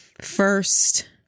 first